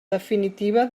definitiva